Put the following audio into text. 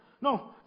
No